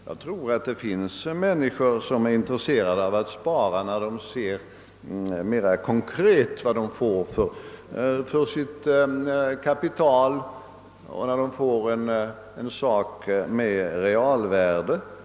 Jag tror att det finns människor som är intresserade av att spara när de ser mera konkret vad de får för sitt kapital och när de får en sak med realvärde.